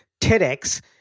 TEDx